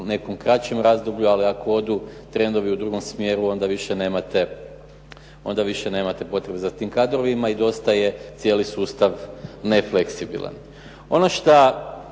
nekom kraćem razdoblju, ali ako odu trendovi u drugom smjeru, onda više nemate potrebe za tim kadrovima i dosta je cijeli sustav nefleksibilan.